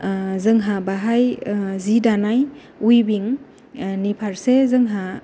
जोंहा बाहाय जि दानाय उइभिंनिफारसे जोंहा